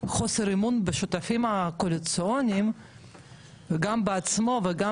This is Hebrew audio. חוסר אמון בשותפים הקואליציוניים וגם בעצמו וגם